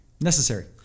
necessary